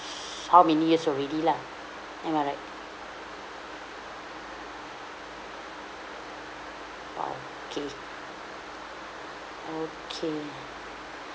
how many years already lah am I right !wow! okay okay